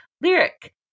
Lyric